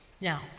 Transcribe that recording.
Now